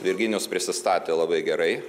virginijus prisistatė labai gerai